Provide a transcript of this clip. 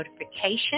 notification